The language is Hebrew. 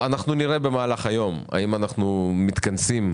נראה במהלך היום האם אנחנו מתכנסים